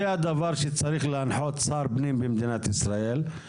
זה הדבר שצריך להנחות שר פנים במדינת ישראל,